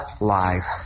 life